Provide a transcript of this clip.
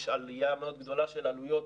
יש עלייה מאוד גדולה של עלויות,